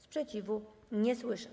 Sprzeciwu nie słyszę.